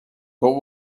but